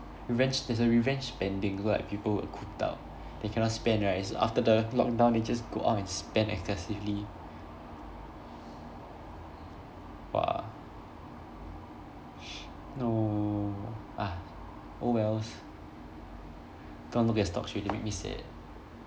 revenge there's a revenge spending so like people were cooped up they cannot spend right so after the lockdown they just go out and spend excessively !wah! no ah oh wells don't look at stocks already make me sad